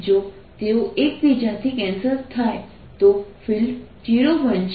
જો તેઓ એકબીજાથી કેન્સલ થાય તો ફિલ્ડ 0 બનશે